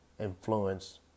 influence